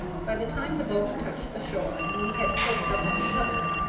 by the time the boat touched the shore and we had pulled it up on the pebbles,